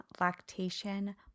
lactation